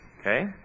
Okay